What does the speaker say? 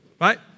Right